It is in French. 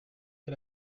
que